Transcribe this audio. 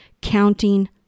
counting